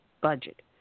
budget